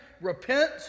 Repent